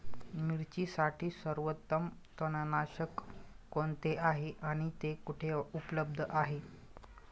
मिरचीसाठी सर्वोत्तम तणनाशक कोणते आहे आणि ते कुठे उपलब्ध आहे?